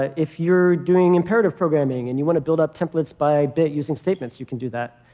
if you're doing imperative programming and you want to build up templates by bit using statements, you can do that.